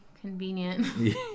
convenient